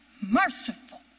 merciful